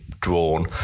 drawn